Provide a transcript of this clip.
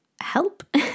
help